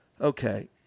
okay